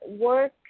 work